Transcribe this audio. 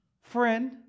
Friend